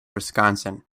wisconsin